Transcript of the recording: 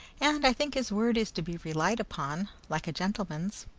and i think his word is to be relied upon, like a gentleman's.